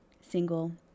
single